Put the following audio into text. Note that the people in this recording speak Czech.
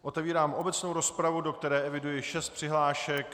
Otevírám obecnou rozpravu, do které eviduji šest přihlášek.